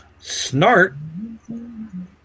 Snart